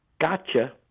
Gotcha